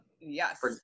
Yes